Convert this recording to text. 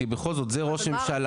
כי בכל זאת זה ראש ממשלה,